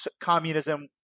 communism